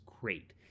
great